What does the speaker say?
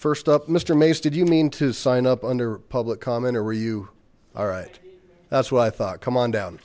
first up mister mace did you mean to sign up under public comment or were you all right that's what i thought come on down